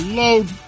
load